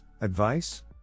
Advice